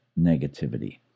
negativity